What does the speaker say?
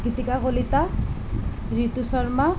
Gitika Kalita Ritu Sharma